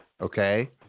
okay